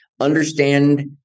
Understand